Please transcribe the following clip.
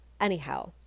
Anyhow